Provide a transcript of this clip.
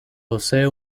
posee